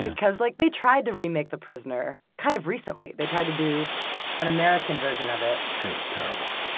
because like, they tried to remake the prisoner, kind of recently. they tried to do an american version of it. it was terrible.